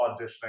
auditioning